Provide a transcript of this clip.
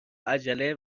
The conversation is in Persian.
عجله